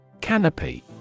Canopy